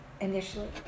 initially